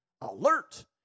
alert